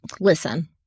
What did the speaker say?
listen